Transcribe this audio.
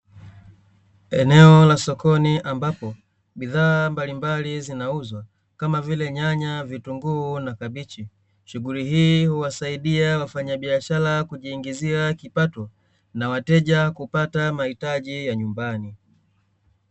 Eneo la sokoni, ambapo bidhaa mbalimbali zinauzwa, kama vile: nyanya, vitunguu na kabichi. Shughuli hii huwasaidia wafanyabiashara kujiingizia kipato na wateja kupata mahitaji ya nyumbani.